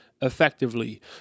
Effectively